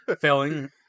Failing